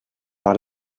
par